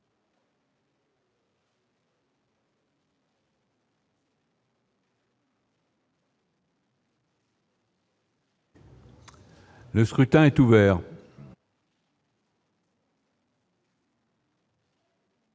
Le scrutin est ouvert.